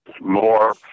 More